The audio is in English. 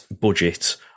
budget